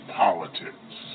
politics